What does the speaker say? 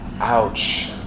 ouch